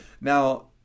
Now